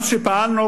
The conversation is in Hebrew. גם כשפעלנו,